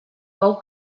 bou